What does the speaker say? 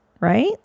right